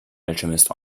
alchemist